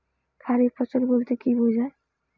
খারিফ ফসল বলতে কী বোঝায়?